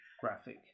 graphic